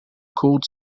cold